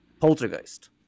Poltergeist